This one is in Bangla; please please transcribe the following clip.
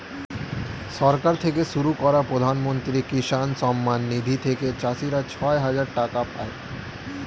সরকার থেকে শুরু করা প্রধানমন্ত্রী কিষান সম্মান নিধি থেকে চাষীরা ছয় হাজার টাকা পায়